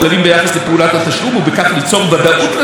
ובכך ליצור ודאות לצדדים לעסקה כי